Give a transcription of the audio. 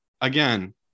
Again